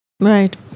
Right